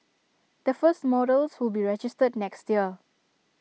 the first models will be registered next year